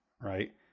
Right